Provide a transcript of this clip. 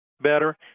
better